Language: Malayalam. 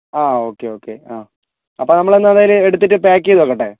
ആ ഓക്കെ ഓക്കെ ആ അപ്പോൾ നമ്മൾ എന്നാൽ അതിൽ എടുത്തിട്ട് പായ്ക്ക് ചെയ്ത് വയ്ക്കട്ടെ